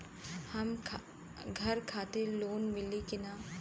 घर खातिर लोन मिली कि ना?